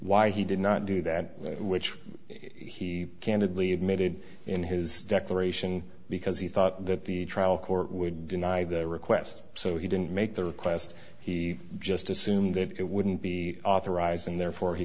why he did not do that which is he candidly admitted in his declaration because he thought that the trial court would deny the request so he didn't make the request he just assumed that it wouldn't be authorising therefore he